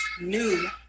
new